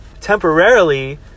temporarily